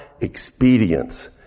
expedience